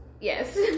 Yes